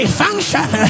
function